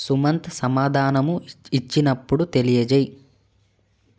సుమంత్ సమాధానము ఇచ్చినప్పుడు తెలియజేయి